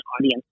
audience